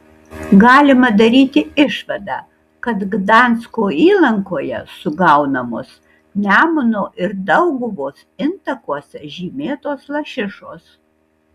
galima daryti išvadą kad gdansko įlankoje sugaunamos nemuno ir dauguvos intakuose žymėtos lašišos